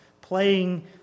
playing